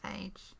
age